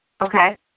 Okay